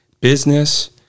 business